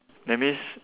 that means